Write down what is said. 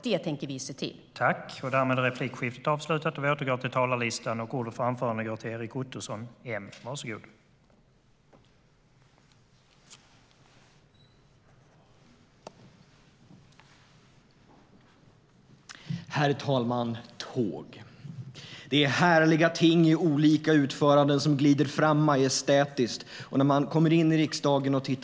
Det tänker vi se till att det blir.